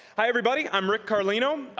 hi everybody. i'm rick carlino.